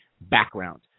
background